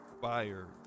fire